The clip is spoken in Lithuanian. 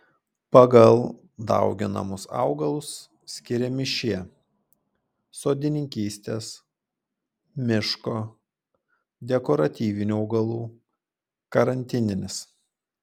pagal dauginamus augalus skiriami šie sodininkystės miško dekoratyvinių augalų karantininis